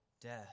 death